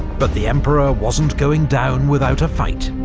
but the emperor wasn't going down without a fight.